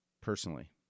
personally